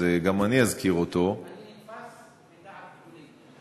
אז גם אני אזכיר אותו --- אני נתפס בדעת גדולים.